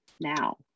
now